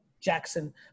Jackson